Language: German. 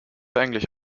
eigentlich